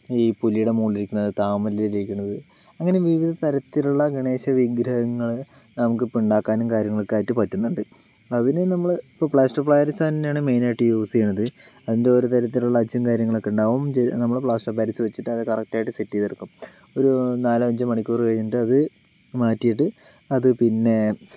ഈ പുലിയുടെ മുകളിലിരിക്കുന്നത് താമരയിൽ ഇരിക്കണത് അങ്ങനെ വിവിധതരത്തിലുള്ള ഗണേശ വിഗ്രഹങ്ങൾ നമുക്ക് ഇപ്പോൾ ഉണ്ടാക്കാനും കാര്യങ്ങളൊക്കെ ആയിട്ട് പറ്റുന്നുണ്ട് അതിന് നമ്മൾ ഇപ്പോൾ പ്ലാസ്റ്റർ ഓഫ് പാരീസ് തന്നെയാണ് മെയിൻ ആയിട്ട് യൂസ് ചെയ്യണത് അതിന്റെ ഓരോ തരത്തിലുള്ള അച്ചും കാര്യങ്ങളൊക്കെ ഉണ്ടാവും നമ്മൾ പ്ലാസ്റ്റർ ഓഫ് പാരീസ് വച്ചിട്ട് അത് കറക്റ്റായിട്ട് സെറ്റ് ചെയ്തെടുക്കും ഒരു നാലോ അഞ്ചോ മണിക്കൂർ കഴിഞ്ഞിട്ട് അത് മാറ്റിയിട്ട് അതു പിന്നെ